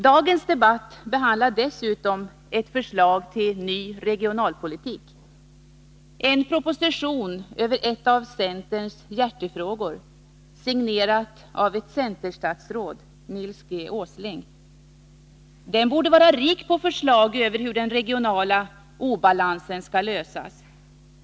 Dagens debatt behandlar dessutom ett förslag till ny regionalpolitik, en proposition över en av centerns hjärtefrågor, signerad av ett centerstatsråd, Nils G. Åsling. Den borde vara rik på förslag över hur den regionala obalansen skall lösas.